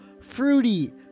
fruity